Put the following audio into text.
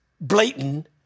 blatant